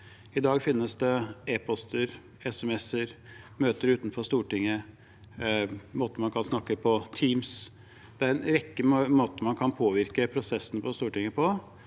I dag finnes det e-post, SMS, møter utenfor Stortinget, man kan snakke gjennom Teams. Det er en rekke måter man kan påvirke prosesser på Stortinget på,